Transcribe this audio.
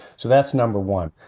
so that's number one.